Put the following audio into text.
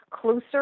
closer